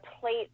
plate